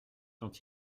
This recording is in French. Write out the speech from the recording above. quand